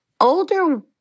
older